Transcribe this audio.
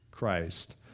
Christ